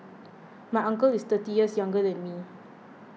my uncle is thirty years younger than me